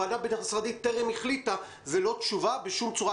ועדה בין-משרדית טרם החליטה זה לא תשובה בשום צורה.